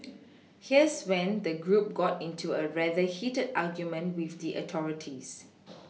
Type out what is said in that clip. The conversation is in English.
here's when the group got into a rather heated argument with the authorities